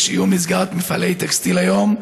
יש איום סגירת מפעלי טקסטיל היום.